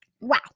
Wow